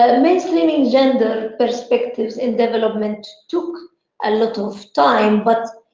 ah mainstreaming gender perspectives in development took a lot of time, but